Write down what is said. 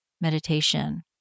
meditation